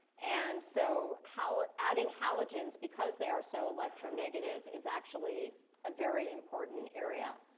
and so how adding halogens, because they are so electronegative, is actually a very important area,